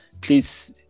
Please